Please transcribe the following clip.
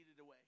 away